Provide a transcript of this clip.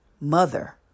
mother